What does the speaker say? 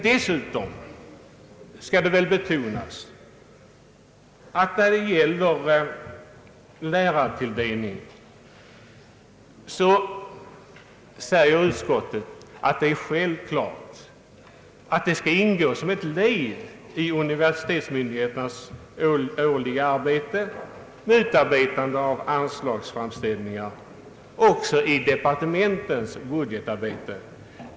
Dessutom bör det betonas att när det är fråga om lärartilldelning finner utskottet det självklart att densamma skall ingå som ett led i universitetsmyndigheternas årliga arbete med anslagsframställningar och även i departementens budgetarbete.